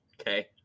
Okay